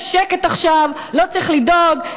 יש שקט עכשיו, לא צריך לדאוג.